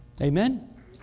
Amen